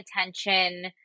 attention